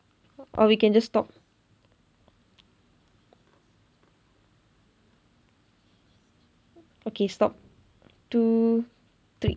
or we can just stop okay stop two three